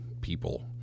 people